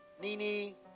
Nini